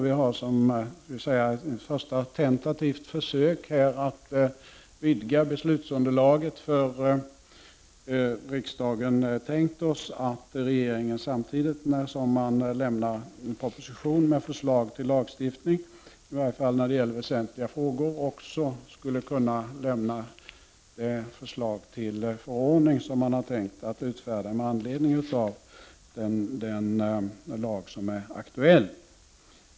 Vi i centern har som ett första tentativt försök att vidga beslutsunderlaget för riksdagen tänkt Oss att regeringen samtidigt som den avlämnar en proposition med förslag om ny lagstiftning, åtminstone när det gäller väsentliga frågor, också skulle kunna lämna det förslag till förordning som den har tänkt utfärda med anledning av den aktuella lagen.